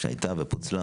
שהייתה ופוצלה